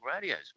radios